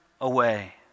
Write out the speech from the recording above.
away